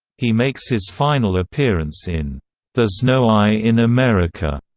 he makes his final appearance in there's no i in america,